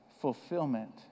fulfillment